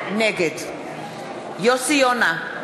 נגד יוסי יונה,